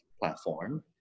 platform